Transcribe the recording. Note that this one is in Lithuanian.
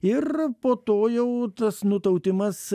ir po to jau tas nutautimas